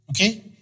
Okay